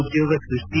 ಉದ್ಯೋಗ ಸೃಷ್ಟಿ